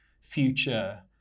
future